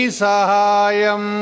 sahayam